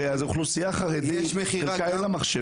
הרי לחלק מהאוכלוסייה החרדית אין מחשב.